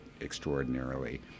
extraordinarily